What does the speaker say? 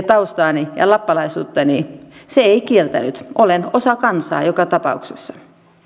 taustaani ja lappalaisuuttani se ei kieltänyt olen osa kansaa joka tapauksessa